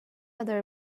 other